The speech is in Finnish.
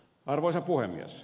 arvoisa puhemies